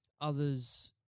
others